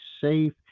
safe